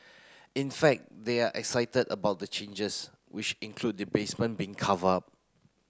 in fact they are excited about the changes which include the basement being cover up